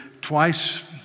twice